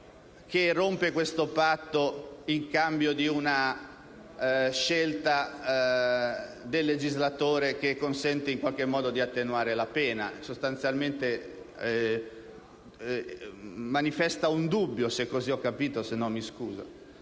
mai romperà questo patto in cambio di una scelta del legislatore che consente di attenuare la pena; sostanzialmente manifesta un dubbio - così ho capito, altrimenti mi scuso